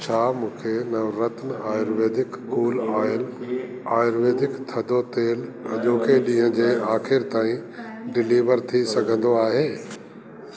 छा मूंखे Navratna ayurvedic cool oil ayurvedic थधो तेलु अॼोके ॾींहं जे आख़िर ताईं डिलीवर थी सघंदो आहे